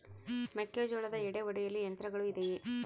ಮೆಕ್ಕೆಜೋಳದ ಎಡೆ ಒಡೆಯಲು ಯಂತ್ರಗಳು ಇದೆಯೆ?